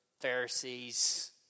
Pharisees